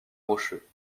rocheux